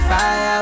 Fire